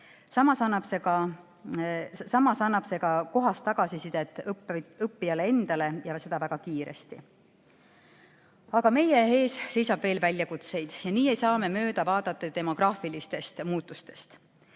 Samas annab see ka kohast tagasisidet õppijale endale ja seda väga kiiresti. Aga meie ees seisab veel väljakutseid ja nii ei saa me mööda vaadata demograafilistest muutustest.